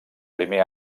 primer